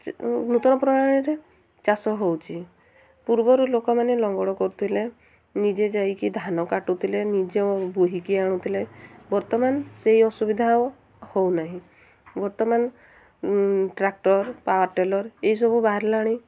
ନୂତନ ପ୍ରଣାଳୀରେ ଚାଷ ହେଉଛି ପୂର୍ବରୁ ଲୋକମାନେ ଲଙ୍ଗଳ କରୁଥିଲେ ନିଜେ ଯାଇକି ଧାନ କାଟୁଥିଲେ ନିଜ ବୁହିକି ଆଣୁଥିଲେ ବର୍ତ୍ତମାନ ସେଇ ଅସୁବିଧା ଆଉ ହେଉନାହିଁ ବର୍ତ୍ତମାନ ଟ୍ରାକ୍ଟର ପାୱାର୍ ଟିଲର୍ ଏଇସବୁ ବାହାରିଲାଣି